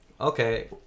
Okay